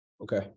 Okay